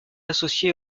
associé